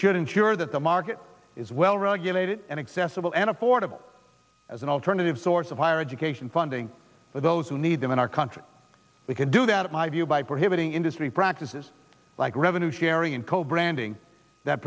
should ensure that the market is well regulated and accessible and affordable as an alternative source of higher education funding for those who need them in our country we can do that my view by prohibiting industry practices like revenue sharing and co branding that